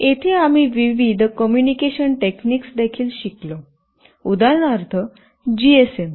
येथे आम्ही विविध कॉम्यूनिकेशन टेकनीक्स देखील शिकलो उदाहरणार्थ जीएसएम